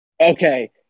Okay